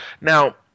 Now